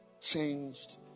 changed